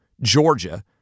Georgia